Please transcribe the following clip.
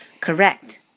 Correct